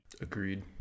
Agreed